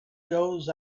goes